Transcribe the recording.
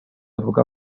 avuga